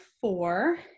four